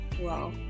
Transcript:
Wow